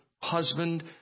husband